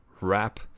wrap